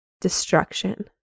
destruction